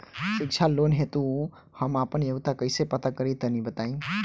शिक्षा लोन हेतु हम आपन योग्यता कइसे पता करि तनि बताई?